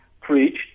preached